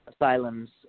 asylums